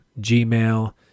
Gmail